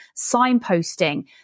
signposting